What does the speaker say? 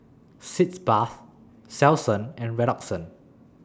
Sitz Bath Selsun and Redoxon